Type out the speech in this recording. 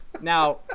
Now